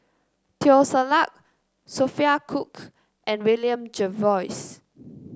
Teo Ser Luck Sophia Cooke and William Jervois